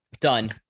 Done